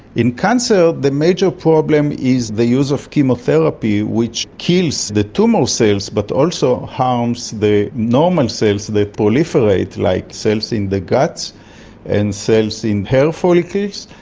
in cancer so the major problem is the use of chemotherapy which kills the tumour cells but also harms the normal cells that proliferate, like cells in the gut and cells in hair follicles,